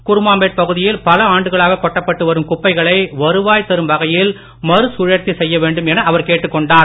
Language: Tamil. குருமாம்பேட் பகுதியில் பல ஆண்டுகளாக கொட்டப்பட்டு வரும் குப்பைகளை வருவாய் தரும் வகையில் மறுசுழற்சி செய்ய வேண்டும் என அவர் கேட்டுக் கொண்டார்